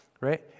right